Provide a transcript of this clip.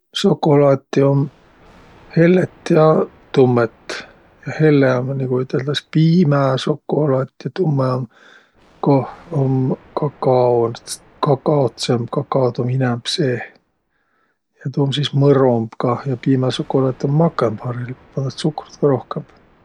Sokolaati um hellet ja tummõt. Ja helle um, nigu üteldäs, piimäsokolaat ja tummõ um, koh um kakaod ts- kakaotsõmb, kakaod um inämb seeh. Ja tuu um sis mõromb kah. Ja piimäsokolaat um makõmb hariligult, pandas tsukrut kah rohkõmb.